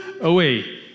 away